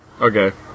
Okay